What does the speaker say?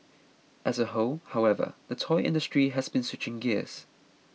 as a whole however the toy industry has been switching gears